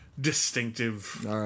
distinctive